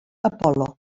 apol·lo